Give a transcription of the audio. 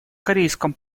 корейском